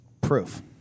Proof